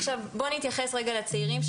עכשיו, בוא נתייחס רגע לצעירים שבעצם,